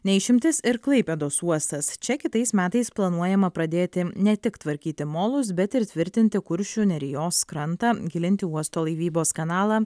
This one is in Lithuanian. ne išimtis ir klaipėdos uostas čia kitais metais planuojama pradėti ne tik tvarkyti molus bet ir tvirtinti kuršių nerijos krantą gilinti uosto laivybos kanalą